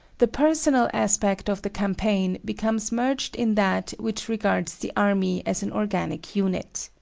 the personal aspect of the campaign becomes merged in that which regards the army as an organic unit.